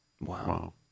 Wow